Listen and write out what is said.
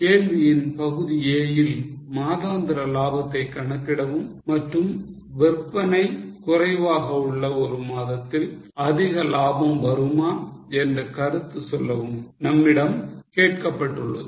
கேள்வியின் பகுதி A ல் மாதாந்திர லாபத்தை கணக்கிடவும் மற்றும் விற்பனை குறைவாக உள்ள ஒரு மாதத்தில் அதிக லாபம் வருமா என்று கருத்து சொல்லவும் நம்மிடம் கேட்கப்பட்டது